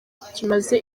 kimaze